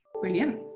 Brilliant